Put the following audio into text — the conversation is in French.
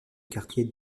quartier